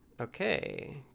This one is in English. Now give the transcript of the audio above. Okay